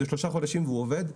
שלושה חודשים וזה עובד,